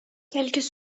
quelques